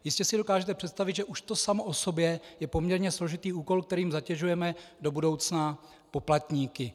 Jistě si dokážete představit, že už to samo o sobě je poměrně složitý úkol, kterým zatěžujeme do budoucna poplatníky.